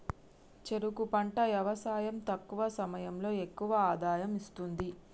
చెరుకు పంట యవసాయం తక్కువ సమయంలో ఎక్కువ ఆదాయం ఇస్తుంది